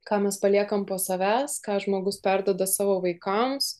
ką mes paliekam po savęs ką žmogus perduoda savo vaikams